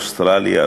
אוסטרליה,